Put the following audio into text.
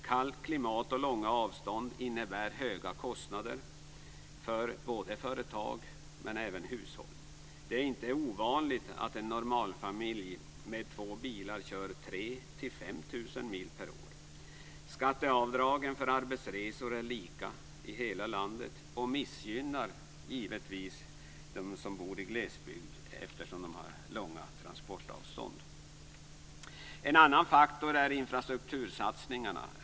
Kallt klimat och långa avstånd innebär höga kostnader för både företag och hushåll. Det är inte ovanligt att en normalfamilj med två bilar kör 3 000-5 000 mil per år. Skatteavdragen för arbetsresor är lika i hela landet. Det missgynnar givetvis dem som bor i glesbygd eftersom de har långa transportavstånd. En annan faktor är infrastruktursatsningarna.